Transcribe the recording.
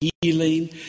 healing